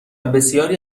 بسیاری